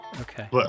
Okay